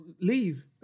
Leave